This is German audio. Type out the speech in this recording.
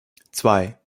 zwei